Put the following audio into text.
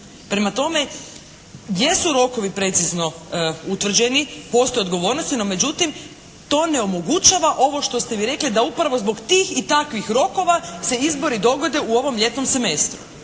Prema tome gdje su rokovi precizno utvrđeni postoje odgovornosti, no međutim to ne omogućava ovo što ste vi rekli da upravo zbog tih i takvih rokova se izbori dogode u ovom ljetnom semestru.